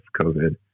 COVID